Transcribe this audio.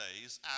days